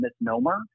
misnomer